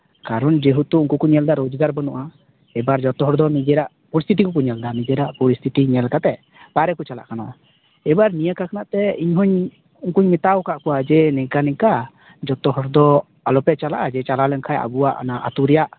ᱠᱟᱨᱚᱱ ᱡᱮᱦᱮᱛᱩ ᱩᱱᱠᱩ ᱠᱚ ᱧᱮᱞᱮᱫᱟ ᱨᱳᱡᱽᱜᱟᱨ ᱵᱟᱹᱱᱩᱜᱼᱟ ᱮᱵᱟᱨ ᱡᱚᱛᱚ ᱦᱚᱲ ᱫᱚ ᱱᱤᱡᱮᱨᱟᱜ ᱯᱚᱨᱤᱥᱛᱷᱤᱛᱤ ᱠᱚᱠᱚ ᱧᱮᱞᱫᱟ ᱱᱤᱡᱮᱨᱟᱜ ᱯᱚᱨᱤᱥᱛᱷᱤᱛᱤ ᱧᱮᱞ ᱠᱟᱛᱮᱫ ᱵᱟᱨᱦᱮ ᱠᱚ ᱪᱟᱞᱟᱜ ᱠᱟᱱᱟ ᱮᱵᱟᱨ ᱱᱤᱭᱟᱹ ᱠᱚ ᱠᱷᱚᱱᱟᱜ ᱛᱮ ᱤᱧ ᱦᱩᱧ ᱩᱝᱠᱩᱧ ᱢᱮᱛᱟᱣ ᱠᱟᱜ ᱠᱚᱣᱟ ᱡᱮ ᱱᱤᱝᱠᱟ ᱱᱤᱝᱠᱟ ᱡᱚᱛᱚ ᱦᱚᱲ ᱫᱚ ᱟᱞᱚᱯᱮ ᱪᱟᱞᱟᱜᱼᱟ ᱡᱮ ᱪᱟᱞᱟᱣ ᱞᱮᱱᱠᱷᱟᱱ ᱟᱵᱚᱣᱟᱜ ᱚᱱᱟ ᱟᱛᱩ ᱨᱮᱭᱟᱜ